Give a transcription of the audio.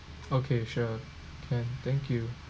okay sure can thank you